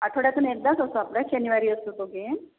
आठवड्यातून एकदाच असतो आपला शनिवारी असतो तो गेम